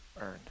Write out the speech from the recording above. earned